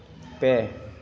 ᱯᱮ